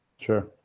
Sure